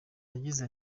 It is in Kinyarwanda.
yagize